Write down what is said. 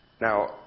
Now